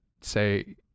say